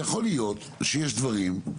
ויכול להיות, שיש דברים,